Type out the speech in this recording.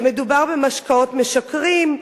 מדובר במשקאות משכרים,